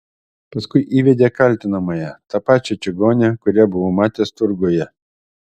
paskui įvedė kaltinamąją tą pačią čigonę kurią buvau matęs turguje